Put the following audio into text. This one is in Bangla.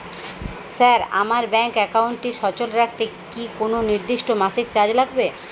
স্যার আমার ব্যাঙ্ক একাউন্টটি সচল রাখতে কি কোনো নির্দিষ্ট মাসিক চার্জ লাগবে?